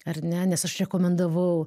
ar ne nes aš rekomendavau